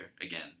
again